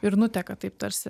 ir nuteka tarsi